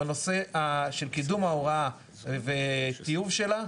בנושא של קידום ההוראה וטיוב שלה,